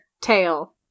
tail